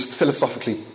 philosophically